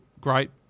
great